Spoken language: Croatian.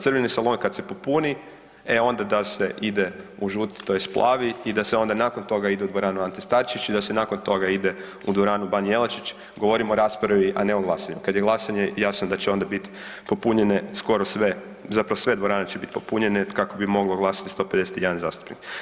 Crveni salon“ kad se popuni, e onda da se ide u „žuti“, tj. „plavi“ i da se onda nakon toga ide u dvoranu „Ante Starčević“ i da se nakon toga ide u dvoranu „Ban Jelačić“, govorim o raspravi, a ne o glasanju, kad je glasanje, jasno da će onda biti popunjene skoro sve, zapravo sve dvorane će biti popunjene, kako bi moglo glasati 151 zastupnik.